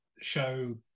show